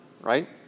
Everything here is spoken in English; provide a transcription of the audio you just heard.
right